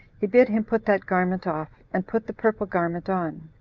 he bid him put that garment off, and put the purple garment on.